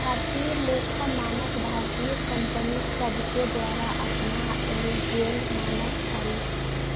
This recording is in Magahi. भारतीय लेखा मानक भारतीय कंपनि सभके द्वारा अपनाएल गेल मानक हइ